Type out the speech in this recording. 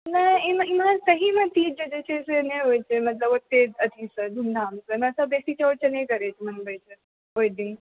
नहि इम्हर सहीमे तीज जे छै नहि होइ छै मतलब ओते धुमधामसँ मतलब बेसी चौड़चने करै छै ओहि दिन